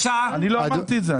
אני לא אמרתי את זה.